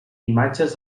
imatges